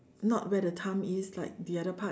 not where the thumb is like the other part